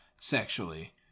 sexually